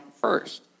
first